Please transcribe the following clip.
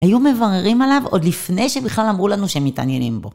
היו מבררים עליו עוד לפני שבכלל אמרו לנו שהם מתעניינים בו.